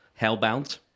hellbound